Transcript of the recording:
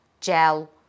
gel